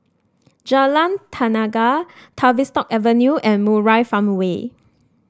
Jalan Tenaga Tavistock Avenue and Murai Farmway